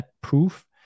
proof